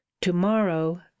to-morrow